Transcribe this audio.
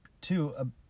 two